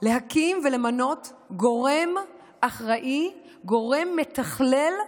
להקים ולמנות גורם אחראי, גורם מתכלל,